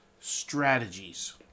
strategies